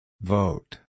Vote